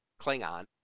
Klingon